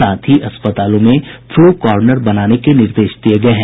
साथ ही अस्पतालों में फ्लू कॉर्नर बनाने के निर्देश दिये गये हैं